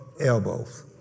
elbows